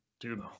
dude